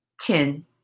ten